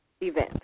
Event